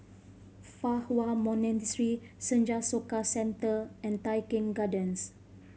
Fa Hua Monastery Senja Soka Center and Tai Keng Gardens